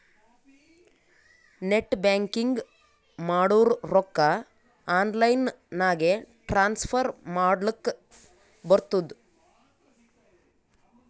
net banking ಮಾಡುರ್ ರೊಕ್ಕಾ online ನಾಗೆ ಟ್ರಾನ್ಸ್ಫರ್ ಮಾಡ್ಲಕ್ ಬರ್ತುದ್